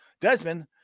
Desmond –